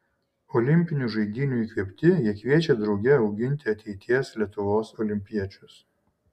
olimpinių žaidynių įkvėpti jie kviečia drauge auginti ateities lietuvos olimpiečius